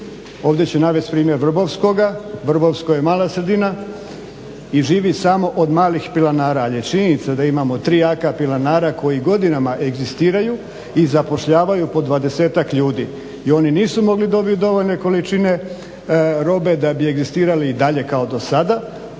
Ovdje ću navesti primjer Vrbovskoga. Vrbovsko je mala sredina i živi samo od malih pilanara ali je činjenica da imamo tri jaka pilanara koji godinama egzistiraju i zapošljavaju po dvadesetak ljudi i oni nisu mogli dobiti dovoljne količine robe da bi egzistirali i dalje kao do sada.